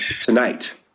tonight